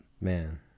Man